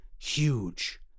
Huge